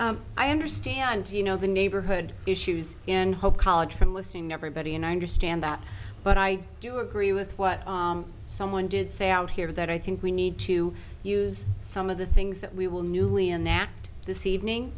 loudly i understand you know the neighborhood issues and hope college from listening never but he and i understand that but i do agree with what someone did say out here that i think we need to use some of the things that we will newly enact this evening